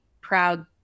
proud